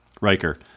Riker